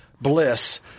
bliss